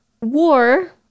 war